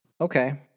Okay